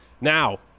now